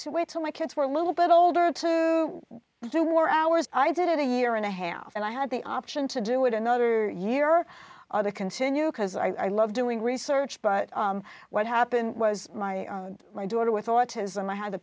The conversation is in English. to wait till my kids were a little bit older to do more hours i did it a year and a half and i had the option to do it another year or other continue because i love doing research but what happened was my my daughter with autism i had to